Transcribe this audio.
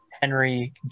Henry